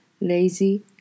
lazy